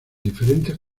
diferentes